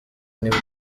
nibwo